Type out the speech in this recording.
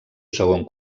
segon